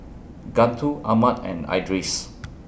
Guntur Ahmad and Idris